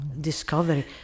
discovery